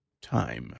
time